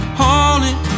hauling